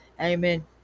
Amen